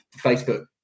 Facebook